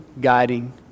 guiding